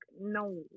no